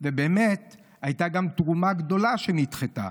ובאמת, הייתה גם תרומה גדולה שנדחתה.